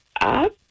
up